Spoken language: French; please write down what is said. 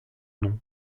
nom